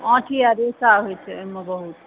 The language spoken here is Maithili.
आँठी आ रेशा होइत छै एहिमे बहुत